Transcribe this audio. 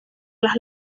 las